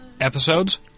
episodes